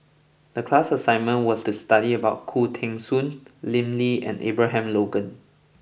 the class assignment was to study about Khoo Teng Soon Lim Lee and Abraham Logan